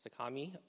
Sakami